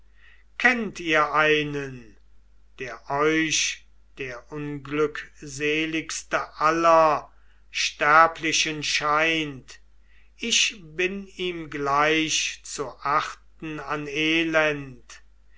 kennt ihr einen der euch der unglückseligste aller sterblichen scheint ich bin ihm gleich zu achten an elend